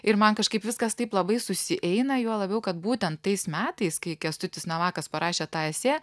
ir man kažkaip viskas taip labai susieina juo labiau kad būtent tais metais kai kęstutis navakas parašė tą esė